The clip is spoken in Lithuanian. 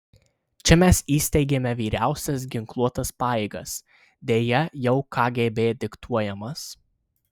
čia mes įsteigėme vyriausias ginkluotas pajėgas deja jau kgb diktuojamas